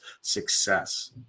success